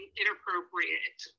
inappropriate